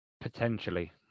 Potentially